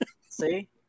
See